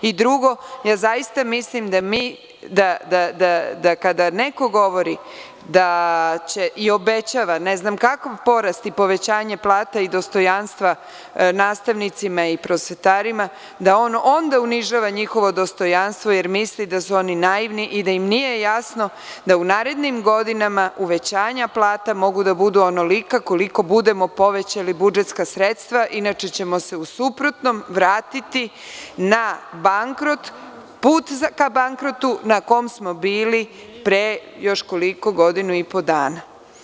Drugo, ja zaista mislim da kada neko govori i obećava, ne znam kakav porast i povećanje plata i dostojanstva nastavnicima i prosvetarima, da on onda unižava njihovo dostojanstvo, jer misli da su oni naivni i da im nije jasno da u narednim godinama uvećanja plata mogu da budu onolika koliko budemo povećali budžetska sredstva inače, ćemo se u suprotnom vratiti na put ka bankrotu, na kom smo bili pre godinu i po dana.